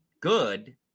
good